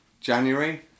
January